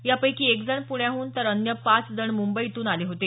यापैकी एक जण पुण्याहून तर अन्य पाच जण मुंबईहून आले होते